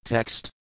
Text